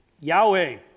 Yahweh